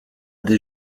des